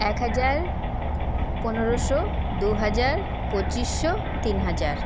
এক হাজার পনেরোশো দু হাজার পঁচিশশো তিন হাজার